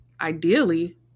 ideally